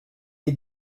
est